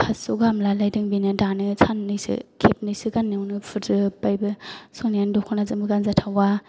फास्स' गाहाम लालायदों बेनो दानो साननैसो खेबनैसो गाननायावनो फुरजोबबायबो सनायानो दखनाजोंबो गानजाथावा